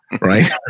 right